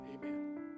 amen